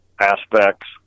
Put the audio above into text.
aspects